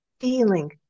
feeling